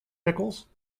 pickles